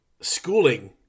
schooling